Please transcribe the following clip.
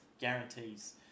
guarantees